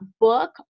book